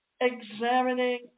examining